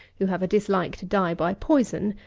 who have a dislike to die by poison,